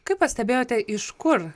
kaip pastebėjote iš kur